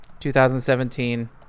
2017